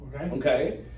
okay